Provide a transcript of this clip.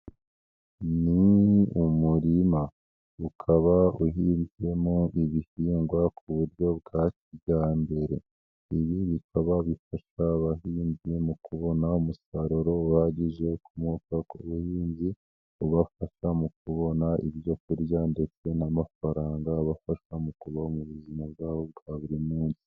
Ni umurima ukaba uhinzemo ibihingwa ku buryo bwa kijyambere, ibi bikaba bifasha abahinzi mu kubona umusaruro uhagije ukomoka ku buhinzi ubafasha mu kubona ibyo kurya ndetse n'amafaranga abafasha mu kubaho mu buzima bwabo bwa buri munsi.